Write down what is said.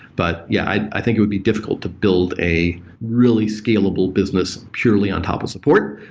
but yeah, i i think it would be difficult to build a really scalable business purely on top of support.